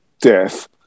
death